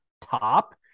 top